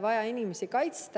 vaja inimesi kaitsta.